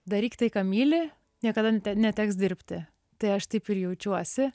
daryk tai ką myli niekada neteks dirbti tai aš taip ir jaučiuosi